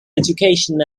education